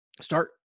Start